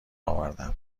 اوردم